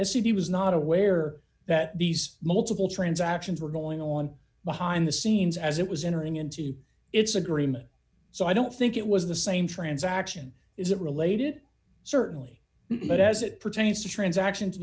he was not aware that these multiple transactions were going on behind the scenes as it was entering into its agreement so i don't think it was the same transaction is it related certainly but as it pertains to transactions